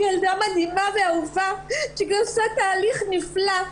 יש לי ילדה מדהימה ואהובה, שעושה תהליך נפלא.